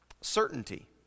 Certainty